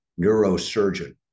neurosurgeon